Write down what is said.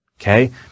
Okay